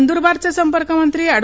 नंदरबारचे संपर्क मंत्री अॅड